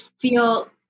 feel